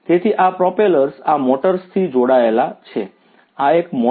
તેથી આ પ્રોપેલર્સ આ મોટર્સથી જોડાયેલા છે આ એક મોટર છે